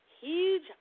Huge